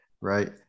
right